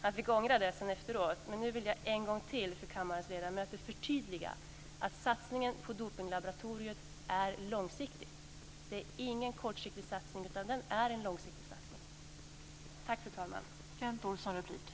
Han fick ångra det efteråt, men nu vill jag en gång till för kammarens ledamöter förtydliga att satsningen på Dopinglaboratoriet är långsiktig. Det är ingen kortsiktig satsning, utan det är en långsiktig satsning.